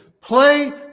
play